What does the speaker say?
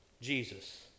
Jesus